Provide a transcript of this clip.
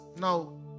Now